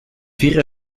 wäre